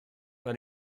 fan